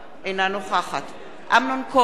אינה נוכחת אמנון כהן,